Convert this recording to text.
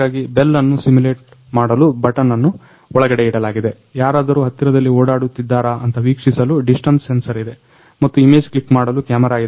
ಹಾಗಾಗಿ ಬೆಲ್ ಅನ್ನು ಸಿಮುಲೇಟ್ ಮಾಡಲು ಬಟನ್ ಅನ್ನು ಒಳಗಡೆ ಇಡಲಾಗಿದೆ ಯಾರಾದರೂ ಹತ್ತಿರದಲ್ಲಿ ಓಡಾಡುತ್ತಿದ್ದಾರ ಅಂತ ವೀಕ್ಷಿಸಲು ಡಿಸ್ಟನ್ಸ್ ಸೆನ್ಸರ್ ಇದೆ ಮತ್ತು ಇಮೇಜ್ ಕ್ಲಿಕ್ ಮಾಡಲು ಕ್ಯಾಮರ ಇದೆ